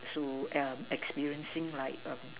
so yeah experiencing like um